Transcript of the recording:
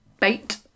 Bait